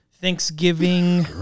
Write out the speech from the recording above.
Thanksgiving